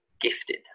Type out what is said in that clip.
gifted